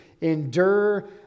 endure